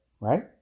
right